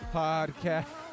podcast